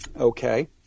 okay